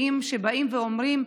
כאזרחים גאים שבאים ואומרים: